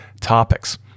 topics